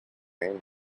and